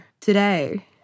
today